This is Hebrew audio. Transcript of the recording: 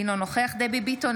אינו נוכח דבי ביטון,